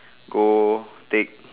go take